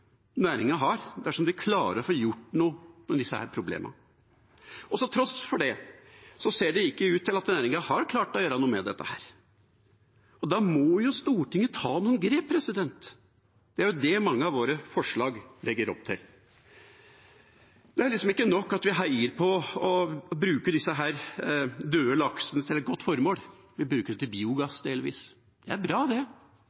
har dersom de klarer å få gjort noe med disse problemene. Til tross for det ser det ikke ut til at næringen har klart å gjøre noe med dette. Da må Stortinget ta noen grep. Det er det mange av våre forslag legger opp til. Det er liksom ikke nok at vi heier på å bruke disse døde laksene til et godt formål. Vi bruker dem til biogass delvis. Det